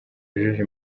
yujuje